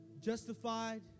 justified